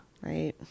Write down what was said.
Right